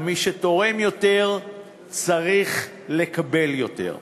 ומי שתורם יותר צריך לקבל יותר.